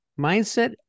mindset